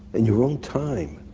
in your own time.